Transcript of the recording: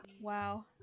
Wow